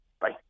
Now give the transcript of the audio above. Bye